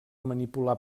manipular